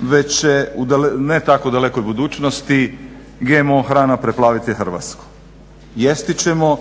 već će u ne tako dalekoj budućnosti GMO hrana preplaviti Hrvatsku. Jesti ćemo